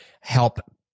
help